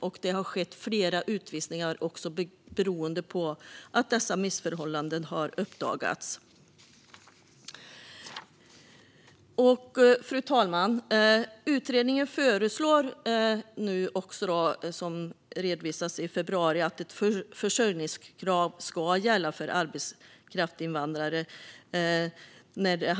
Och det har skett flera utvisningar beroende på att dessa missförhållanden har uppdagats. Fru talman! Utredningen föreslog i februari att ett försörjningskrav för familjen ska gälla för arbetskraftsinvandrare.